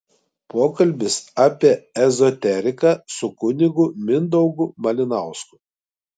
pokalbis apie ezoteriką su kunigu mindaugu malinausku